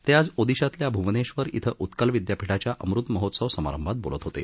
ते आज ओदिशातल्या भ्वनेश्वर इथं उत्कल विद्यापीठाच्या अमृत महोत्सव समारंभात बोलत होते